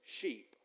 sheep